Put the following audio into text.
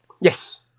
Yes